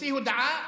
הוציא הודעה: